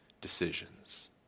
decisions